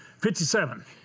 57